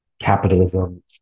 capitalism